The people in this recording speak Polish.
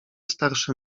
starszy